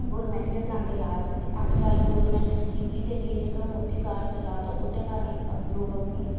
government गै करांदे लाज ते अज्जकल गौरमेंट स्कीम बी चली दी जेह्का मोदी कार्ड चला दा ओह्दे कारण लोग अपनी